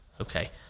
okay